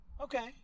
Okay